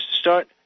start